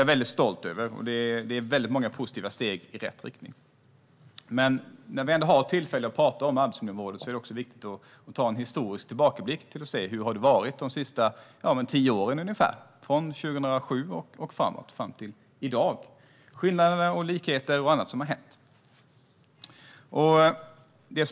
Jag är stolt över det som görs, och det tas många positiva steg i rätt riktning. När vi nu har tillfälle att prata om arbetsmiljöområdet är det viktigt att göra en historisk tillbakablick för att se hur det har varit de senaste tio åren - från 2007 och fram till i dag. Det handlar om skillnader och likheter och annat som har hänt.